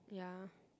ya